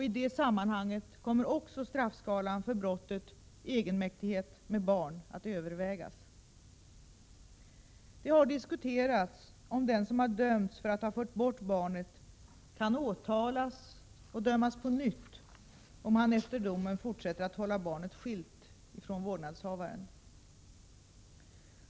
I det sammanhanget kommer också straffskalan för brottet egenmäktighet med barn att över 83 vägas. Det har diskuterats om den som har dömts för att ha fört bort barnet kan åtalas och dömas på nytt, om han efter domen fortsätter att hålla barnet skilt från vårdnadshavaren.